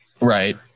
Right